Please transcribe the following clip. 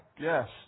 yes